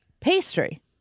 pastry